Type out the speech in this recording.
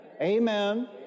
Amen